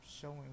showing